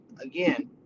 again